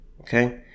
Okay